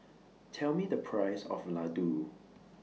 Tell Me The Price of Ladoo